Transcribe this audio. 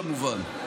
כמובן,